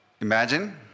Imagine